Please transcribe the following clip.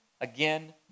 Again